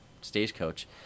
stagecoach